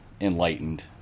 Enlightened